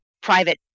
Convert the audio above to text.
private